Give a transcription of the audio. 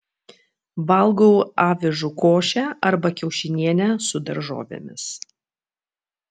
valgau avižų košę arba kiaušinienę su daržovėmis